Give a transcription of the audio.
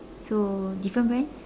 so different brands